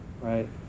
right